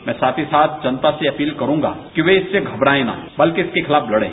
मैं साथ ही साथ जनता से यह अपीले करूंगा कि वह इसमें घबरायें न बल्कि इसके खिलाफ लड़ें